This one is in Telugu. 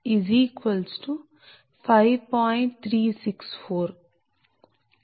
364